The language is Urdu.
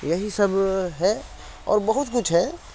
یہی سب ہے اور بہت کچھ ہے